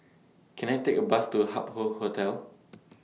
Can I Take A Bus to Hup Hoe Hotel